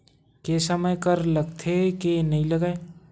के समय कर लगथे के नइ लगय?